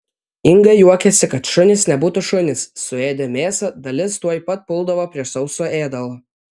inga juokiasi kad šunys nebūtų šunys suėdę mėsą dalis tuoj pat puldavo prie sauso ėdalo